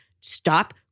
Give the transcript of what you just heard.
stop